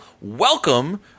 Welcome